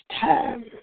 time